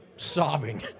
Sobbing